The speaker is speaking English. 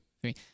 three